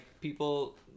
people